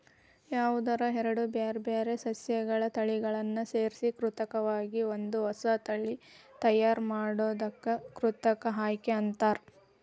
ಯಾವದರ ಎರಡ್ ಬ್ಯಾರ್ಬ್ಯಾರೇ ಸಸ್ಯಗಳ ತಳಿಗಳನ್ನ ಸೇರ್ಸಿ ಕೃತಕವಾಗಿ ಒಂದ ಹೊಸಾ ತಳಿ ತಯಾರ್ ಮಾಡೋದಕ್ಕ ಕೃತಕ ಆಯ್ಕೆ ಅಂತಾರ